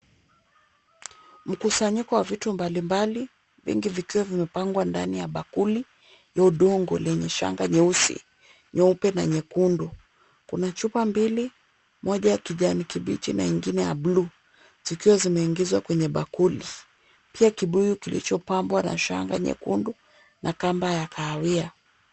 Mkusanyiko wa vitu mbalimbali, vingi vikiwa vimepangwa ndani ya bakuli, ya udongo lenye shanga nyeusi, nyeupe na nyekundu. Kuna chupa mbili, moja ya kijani kibichi na nyingine ya bluu zikiwa zimeingizwa kwenye bakuli, pia kibuyu kilichopambwa na shanga nyekundu na kamba ya kahawia.